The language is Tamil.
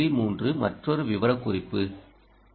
3 மற்றொரு விவரக்குறிப்பு 1